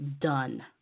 Done